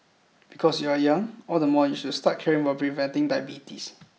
because you are young all the more you should start caring about preventing diabetes